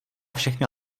všechny